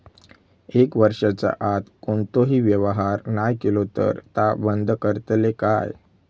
एक वर्षाच्या आत कोणतोही व्यवहार नाय केलो तर ता बंद करतले काय?